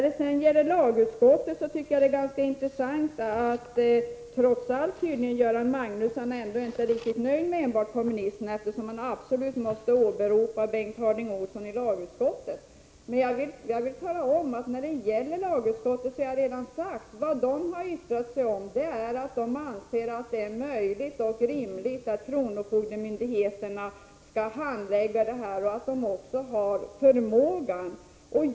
Det är ganska intressant att Göran Magnusson tydligen trots allt ändå inte är riktigt nöjd med enbart kommunisternas stöd, eftersom han åberopar Bengt Harding Olson i lagutskottet. Jag har redan sagt att lagutskottet har yttrat sig om att man anser det möjligt och rimligt att kronofogdemyndigheterna skall handlägga dessa ärenden samt att kronofogdemyndigheten har förmåga att klara detta.